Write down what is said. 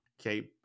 okay